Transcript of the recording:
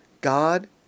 God